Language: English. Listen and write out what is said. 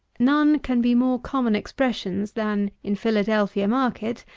none can be more common expressions, than, in philadelphia market,